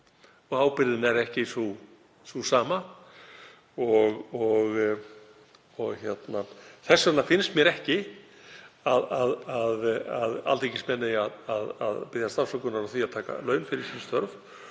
og ábyrgðin er ekki sú sama. Þess vegna finnst mér ekki að alþingismenn eigi að biðjast afsökunar á því að taka laun fyrir sín störf